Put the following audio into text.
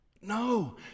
no